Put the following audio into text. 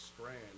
Strand